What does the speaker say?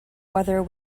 whether